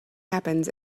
happens